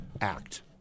act